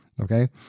okay